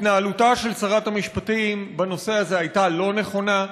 התנהלותה של שרת המשפטים בנושא הזה הייתה לא נכונה.